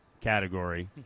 category